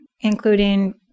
including